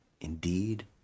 indeed